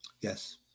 Yes